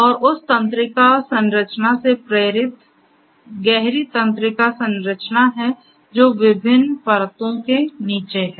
तो उस तंत्रिका संरचना से प्रेरित गहरी तंत्रिका संरचना है जो विभिन्न परतों के नीचे है